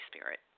spirit